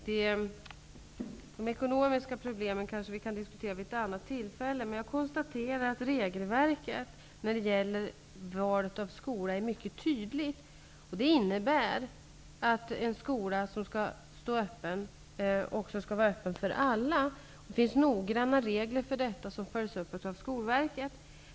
Herr talman! De ekonomiska problemen kanske vi kan diskutera vid ett annat tillfälle, men jag konstaterar att regelverket när det gäller valet av skola är mycket tydligt. Det innebär att en skola som skall stå öppen också skall vara öppen för alla. Det finns noggranna regler för detta som följs upp av Skolverket.